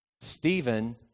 Stephen